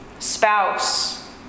spouse